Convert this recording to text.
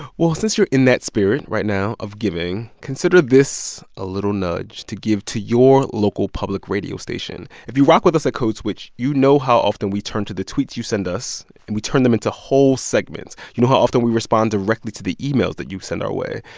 well, since you're in that spirit right now of giving, consider this a little nudge to give to your local public radio station. if you rock with us at code switch, you know how often we turn to the tweets you send us, and we turn them into whole segments. you know how often we respond directly to the emails that you send our way.